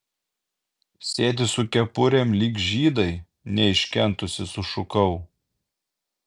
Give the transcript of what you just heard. sėdi su kepurėm lyg žydai neiškentusi sušukau